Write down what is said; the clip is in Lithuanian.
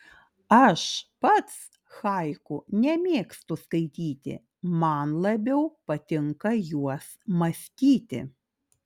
aš pats haiku nemėgstu skaityti man labiau patinka juos mąstyti